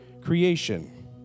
creation